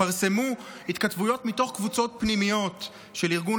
התפרסמו התכתבויות מתוך קבוצות פנימיות של ארגון